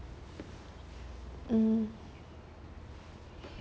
mm